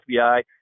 FBI